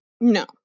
No